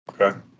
Okay